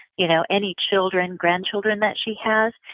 you know any children, grandchildren that she has,